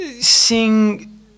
Sing